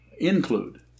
include